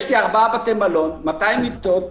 יש לי ארבעה בתי מלון, 200 מיטות.